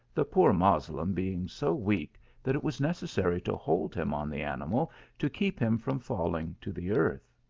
the poor moslem being so weak that it was necessary to hold him on the animal to keep him from falling to the earth.